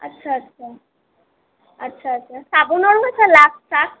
আছছা আছছা আছছা আছছা চাবোনৰো আছে লাক্স চাক্স